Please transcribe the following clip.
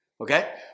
okay